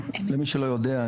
למי שלא יודע,